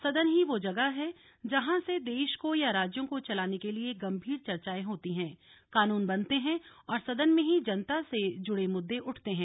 सदन ही वो जगह है जहां से देश को या राज्यों को चलाने के लिए गंभीर चर्चाएं होती हैं कानून बनते हैं और सदन में ही जनता से जुड़े मुद्दे उठते हैं